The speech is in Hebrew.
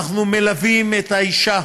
אנחנו מלווים את האישה